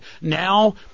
Now